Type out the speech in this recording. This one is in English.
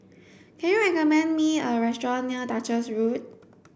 can you recommend me a restaurant near Duchess Road